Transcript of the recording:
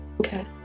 Okay